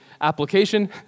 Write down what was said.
application